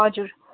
हजुर